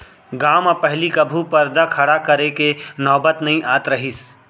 गॉंव म पहिली कभू परदा खड़ा करे के नौबत नइ आत रहिस